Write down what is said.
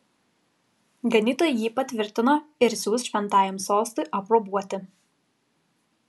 ganytojai jį patvirtino ir siųs šventajam sostui aprobuoti